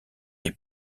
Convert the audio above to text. est